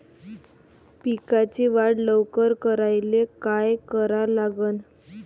पिकाची वाढ लवकर करायले काय करा लागन?